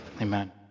amen